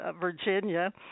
Virginia